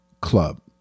club